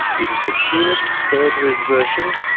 it is the keenest spur to exertion,